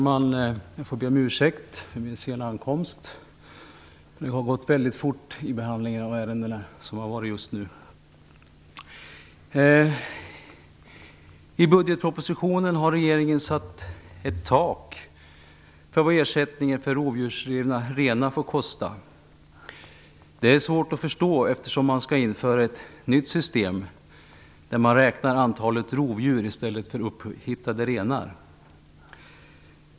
Herr talman! I budgetpropositionen har regeringen satt ett tak för vad ersättningen för rovdjursrivna renar får kosta. Det är svårt att förstå, eftersom det skall införas ett nytt system, där antalet rovdjur räknas i stället för upphittade renar.